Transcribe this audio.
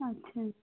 ਅੱਛਾ